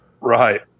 Right